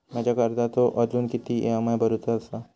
माझ्या कर्जाचो अजून किती ई.एम.आय भरूचो असा?